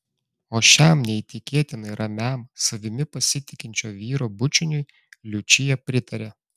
o šiam neįtikėtinai ramiam savimi pasitikinčio vyro bučiniui liučija pritarė